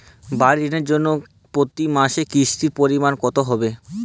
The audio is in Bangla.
বাড়ীর ঋণের জন্য প্রতি মাসের কিস্তির পরিমাণ কত হবে?